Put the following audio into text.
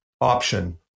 option